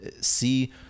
see